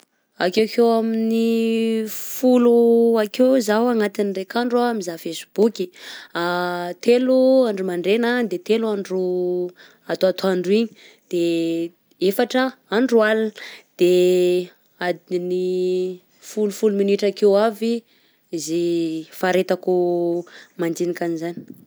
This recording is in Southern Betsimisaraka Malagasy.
Akekeo amin'ny folo akeo zao anatin'ny ndraika andro mizaha facebook telo andro mandregna, de telo andro atoatoandro iny, de efatra andro alina. De adiny folo folo minitra akeo aby izy faharetako mandinika an'izany.